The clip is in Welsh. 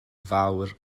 fawr